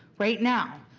right now?